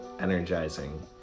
energizing